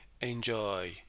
Enjoy